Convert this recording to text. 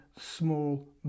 small